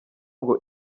ngo